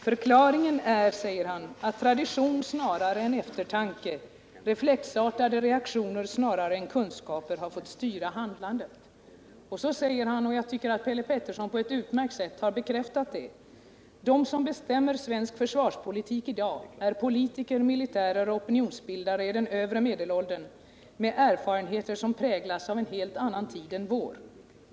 Förklaringen är att tradition snarare än eftertanke, reflexartade reaktioner snarare än kunskaper fått styra handlandet.” Och så säger han — och jag tycker att Per Petersson på ett utmärkt sätt har bekräftat det: ”De som bestämmer svensk försvarspolitik i dag är politiker, militärer och opinionsbildare i den övre medelåldern med erfarenheter som präglats av en helt annan tid än vår.